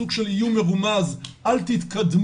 סוג של איום מרומז אל תתקדמו,